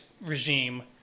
regime